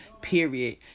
period